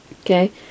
okay